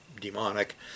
demonic